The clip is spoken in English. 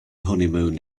honeymoon